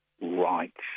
rights